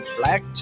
black